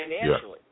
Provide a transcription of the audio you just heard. financially